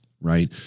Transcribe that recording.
right